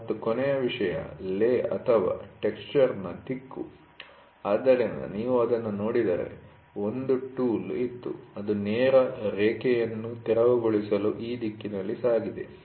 ಮತ್ತು ಕೊನೆಯ ವಿಷಯ ಲೇ ಅಥವಾ ಟೆಕ್ಸ್ಚರ್'ನ ದಿಕ್ಕು ಆದ್ದರಿಂದ ನೀವು ಅದನ್ನು ನೋಡಿದರೆ ಒಂದು ಟೂಲ್ ಇತ್ತು ಅದು ನೇರ ರೇಖೆಯನ್ನು ತೆರವುಗೊಳಿಸಲು ಈ ದಿಕ್ಕಿನಲ್ಲಿ ಸಾಗಿದೆ